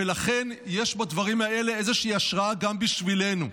ולכן יש בדברים האלה איזושהי השראה גם בשבילנו.